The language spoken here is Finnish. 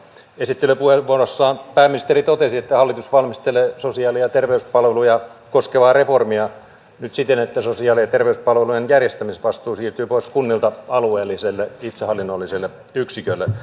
esittelypuheenvuorossaan pääministeri totesi että hallitus valmistelee sosiaali ja terveyspalveluja koskevaa reformia nyt siten että sosiaali ja terveyspalvelujen järjestämisvastuu siirtyy pois kunnilta alueelliselle itsehallinnolliselle yksikölle